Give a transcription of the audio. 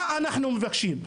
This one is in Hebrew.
מה אנחנו מבקשים?